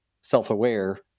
self-aware